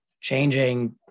changing